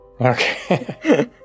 Okay